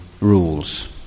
rules